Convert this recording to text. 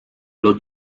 los